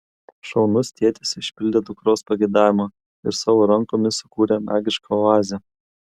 šaunus tėtis išpildė dukros pageidavimą ir savo rankomis sukūrė magišką oazę